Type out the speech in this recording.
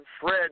Fred